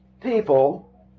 people